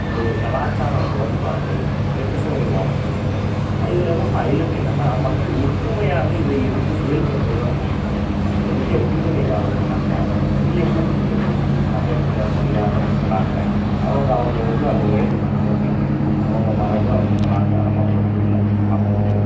ஒரு கலாச்சாரம் முரண்பாடு கிருஷ்ணகிரி மாவட்டத்தில் நிகழுது இதில் ரொம்ப ஹைலைட் என்னென்னா மக்கள் ஒற்றுமையாக இதை எடுத்து செயல்படுறதுதான் ரொம்ப முக்கியம் பெரிய பிரிவினைவாதம் இல்லாமல் பெரிய போர்க்கொடிகள் தூக்கி சண்டை அடிக்க தெரியாத மக்களாக அவங்க அவங்க உண்டு அவங்க வேலைகள் உண்டு அப்படினு அவங்க மரபு அவங்க கலாச்சாரம் அவங்க தொழில் அப்படி பார்த்துக்கிட்டு